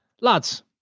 Lads